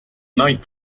night